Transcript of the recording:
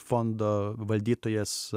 fondo valdytojas